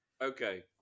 Okay